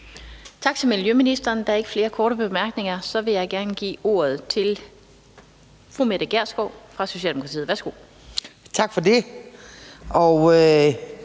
Tak for det.